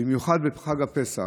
במיוחד בחג הפסח,